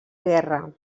guerra